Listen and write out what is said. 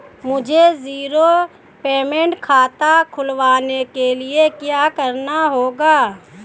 मुझे zero payment खाता खुलवाने के लिए क्या करना होगा?